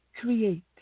create